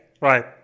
right